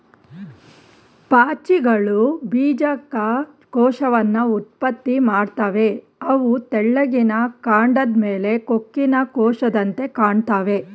ಪಾಚಿಗಳು ಬೀಜಕ ಕೋಶವನ್ನ ಉತ್ಪತ್ತಿ ಮಾಡ್ತವೆ ಅವು ತೆಳ್ಳಿಗಿನ ಕಾಂಡದ್ ಮೇಲೆ ಕೊಕ್ಕಿನ ಕೋಶದಂತೆ ಕಾಣ್ತಾವೆ